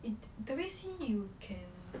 it the red sea you can